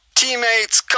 teammates